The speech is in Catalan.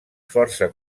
força